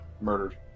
murdered